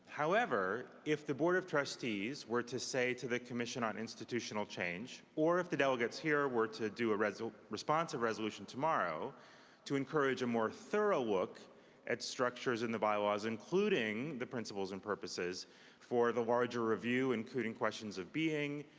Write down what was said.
however, if the board of trustees were to say to the commission on institutional change or if the delegates here were to do a responsive resolution tomorrow to encourage a more thorough look at structures in the bylaws, including the principles and purposes for the larger review, including questions of being,